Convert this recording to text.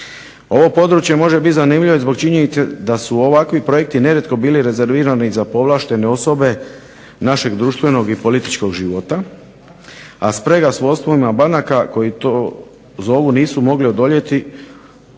Ovo područje može biti zanimljivo zbog činjenice da su ovakvi projekti nerijetko bili rezervirani za povlaštene osobe našeg društvenog i političkog života a sprega su osnovna banaka koji to zovu nisu mogli odoljeti